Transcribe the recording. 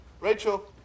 Rachel